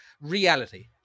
reality